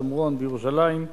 שומרון וירושלים,